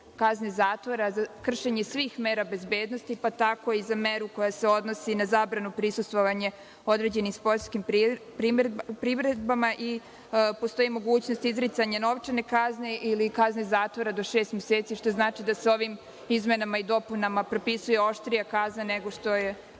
kazne zatvora za kršenje svih mera bezbednosti, pa tako i za meru koja se odnosi na zabranu prisustvovanja određenim sportskim priredbama i postoji mogućnost izricanja novčane kazne i do šest meseci, što znači da se ovim izmenama i dopunama propisuje oštrija kazna nego što je